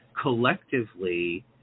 collectively